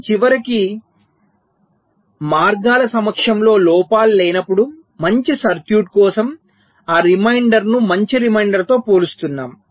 మనము చివరకు మార్గాల సమక్షంలో లోపాలు లేనప్పుడు మంచి సర్క్యూట్ కోసం ఆ రిమైండర్ను మంచి రిమైండర్తో పోలుస్తున్నాము